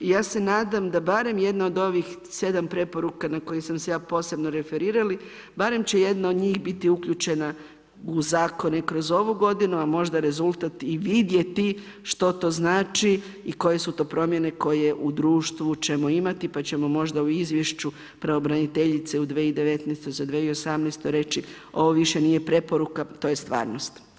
Ja se nadam da barem jedna od ovih 7 preporuka na koje sam se ja posebno referirala barem će jedna od njih biti uključena u zakone kroz ovu godinu, a možda rezultat i vidjeti što to znači i koje su to promjene koje u društvu ćemo imati, pa ćemo možda u izvješću pravobraniteljice u 2019. za 2018. reći ovo više nije preporuka, to je stvarnost.